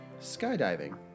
skydiving